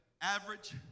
average